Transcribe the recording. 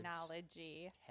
technology